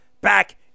back